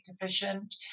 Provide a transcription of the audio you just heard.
deficient